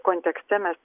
kontekste mes